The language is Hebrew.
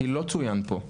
כי לא צוין פה.